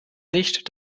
nicht